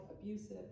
abusive